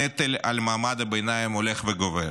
הנטל על מעמד הביניים הולך וגובר.